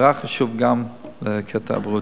נורא חשוב גם לקטע הבריאותי.